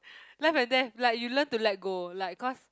life and death like you learn to let go like cause